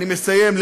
אני מסיים.